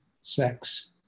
sex